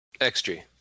xg